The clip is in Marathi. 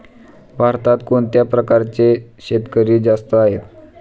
भारतात कोणत्या प्रकारचे शेतकरी जास्त आहेत?